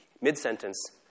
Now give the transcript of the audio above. Mid-sentence